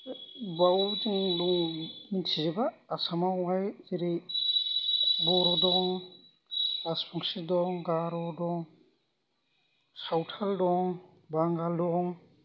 बाव जों दं मोन्थिजोबा आसामावहाय जेरै बर' दं राजबंसि दं गार' दं सावथाल दं बांगाल दं